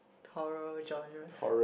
horror genres